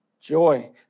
Joy